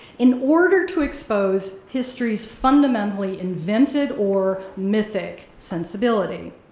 in order to expose history's fundamentally invented or mythic sensibility.